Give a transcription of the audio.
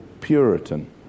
Puritan